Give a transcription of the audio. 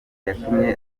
yatumye